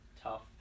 Tough